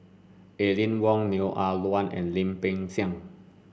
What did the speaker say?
Aline Wong Neo Ah Luan and Lim Peng Siang